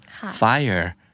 Fire